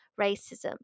racism